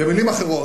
במלים אחרות,